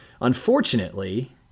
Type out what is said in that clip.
Unfortunately